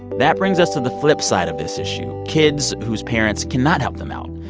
that brings us to the flip side of this issue, kids whose parents cannot help them out,